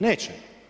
Neće.